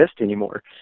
anymore